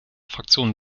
fraktion